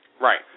Right